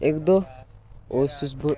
اَکہِ دۄہ اوسُس بہٕ